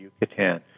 Yucatan